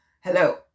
Hello